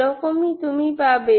এরকমই তুমি পাবে